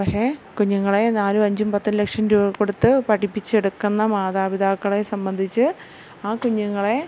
പക്ഷേ കുഞ്ഞ്ങ്ങളെ നാലും അഞ്ചും പത്തും ലക്ഷം രൂപ കൊടുത്ത് പഠിപ്പിച്ചെടുക്കുന്ന മാതാപിതാക്കളെ സംബന്ധിച്ച് ആ കുഞ്ഞുങ്ങളെ